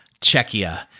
Czechia